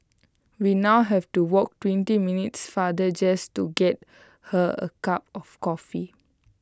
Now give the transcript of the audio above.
we now have to walk twenty minutes farther just to get her A cup of coffee